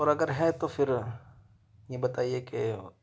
اور اگر ہے تو پھر یہ بتائیے کہ